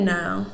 now